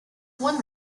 one